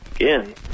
Again